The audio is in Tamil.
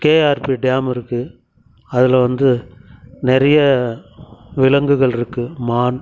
கேஆர்பி டேம் இருக்கு அதில் வந்து நிறைய விலங்குகள் இருக்கு மான்